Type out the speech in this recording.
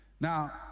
now